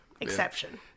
Exception